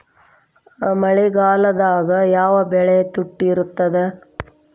ಮಳೆಗಾಲದಾಗ ಯಾವ ಬೆಳಿ ತುಟ್ಟಿ ಇರ್ತದ?